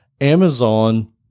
Amazon